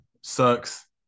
Sucks